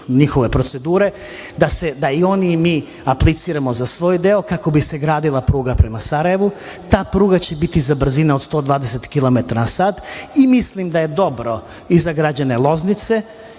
njihove procedure, da i oni i mi apliciramo za svoj deo kako bi se gradila pruga prema Sarajevu. Ta pruga će biti za brzine od 120 km na sat i mislim da je dobro i za građane Loznice